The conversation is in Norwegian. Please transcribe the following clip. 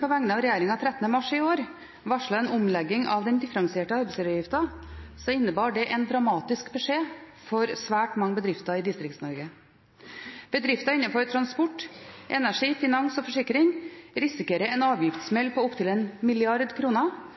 på vegne av regjeringen, 13. mars i år varslet en omlegging av den differensierte arbeidsgiveravgifta, innebar det en dramatisk beskjed for svært mange bedrifter i Distrikts-Norge. Bedrifter innenfor transport, energi, finans og forsikring risikerer en avgiftssmell på opptil